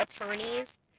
attorneys